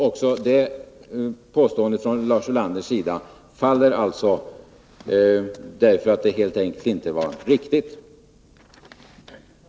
Också detta påstående från Lars Ulander faller, därför att det helt enkelt inte var riktigt.